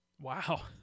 Wow